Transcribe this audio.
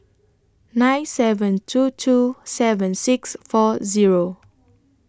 nine seven two two seven six four Zero